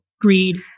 Greed